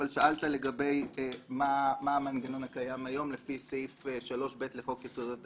אבל שאלת לגבי המנגנון הקיים היום לפי סעיף 3ב לחוק יסודות התקציב.